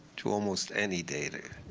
to almost any data,